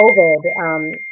COVID